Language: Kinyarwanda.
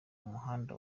muhanda